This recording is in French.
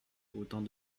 autant